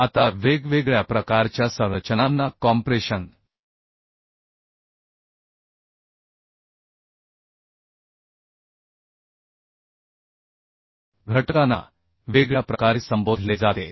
आता वेगवेगळ्या प्रकारच्या संरचनांना कॉम्प्रेशन घटकाना वेगळ्या प्रकारे संबोधले जाते